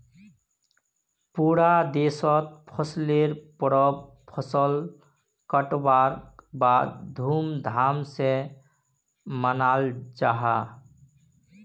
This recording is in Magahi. पूरा देशोत फसलेर परब फसल कटवार बाद धूम धाम से मनाल जाहा